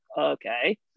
okay